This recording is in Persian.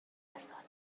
فرزانه